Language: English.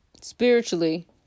Spiritually